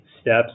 steps